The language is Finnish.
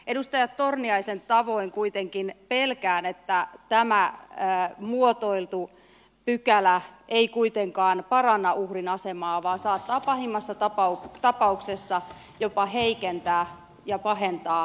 edustaja torniaisen tavoin kuitenkin pelkään että tämä muotoiltu pykälä ei kuitenkaan paranna uhrin asemaa vaan saattaa pahimmassa tapauksessa jopa heikentää ja pahentaa uhrin asemaa